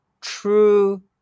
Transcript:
true